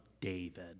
David